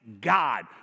God